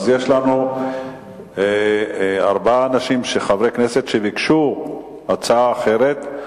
אז יש לנו ארבעה חברי כנסת שביקשו הצעה אחרת.